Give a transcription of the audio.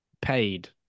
paid